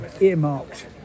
earmarked